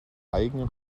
eigenen